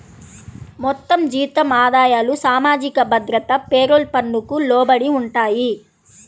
మొత్తం జీతం ఆదాయాలు సామాజిక భద్రత పేరోల్ పన్నుకు లోబడి ఉంటాయి